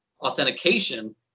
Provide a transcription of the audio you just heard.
authentication